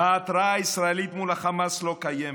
ההתרעה הישראלית מול החמאס לא קיימת.